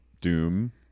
doom